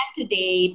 today